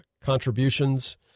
contributions